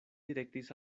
direktis